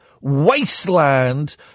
wasteland